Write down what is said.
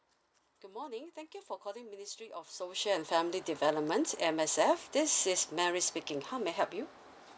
good morning thank you for calling ministry of social and family development M_S_F this is mary speaking how may I help you